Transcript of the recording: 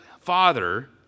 Father